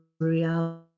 reality